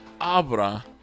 Abra